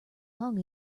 hung